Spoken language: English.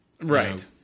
Right